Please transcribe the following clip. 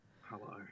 Hello